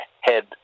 head